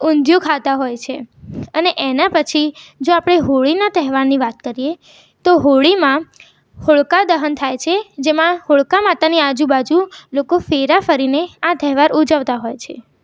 ઊંધિયું ખાતા હોય છે અને એના પછી જો આપણે હોળીના તહેવારની વાત કરીએ તો હોળીમાં હોળકા દહન થાય છે જેમાં હોળકા માતાની આજુબાજુ લોકો ફેરા ફરીને આ તહેવાર ઉજવતા હોય છે